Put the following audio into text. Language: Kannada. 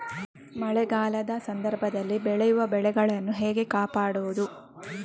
ಮಳೆಗಾಲದ ಸಂದರ್ಭದಲ್ಲಿ ಬೆಳೆಯುವ ಬೆಳೆಗಳನ್ನು ಹೇಗೆ ಕಾಪಾಡೋದು?